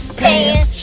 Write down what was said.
pants